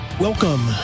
Welcome